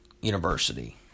university